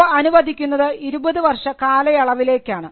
അവ അനുവദിക്കുന്നത് 20 വർഷ കാലയളവിലേക്കാണ്